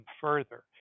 further